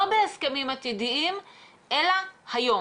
לא בהסכמים עתידיים אלא היום.